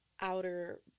outer